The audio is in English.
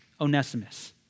Onesimus